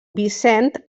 vicent